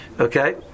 Okay